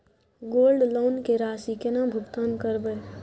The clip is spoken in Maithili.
गोल्ड लोन के राशि केना भुगतान करबै?